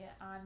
on